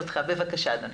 בבקשה.